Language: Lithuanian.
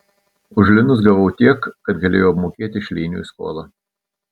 už linus gavau tiek kad galėjau apmokėti šleiniui skolą